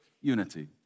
unity